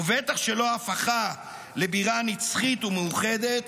ובטח שלא הפכה לבירה נצחית ומאוחדת,